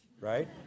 right